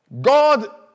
God